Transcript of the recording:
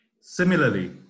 Similarly